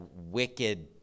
wicked